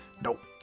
Nope